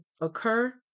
occur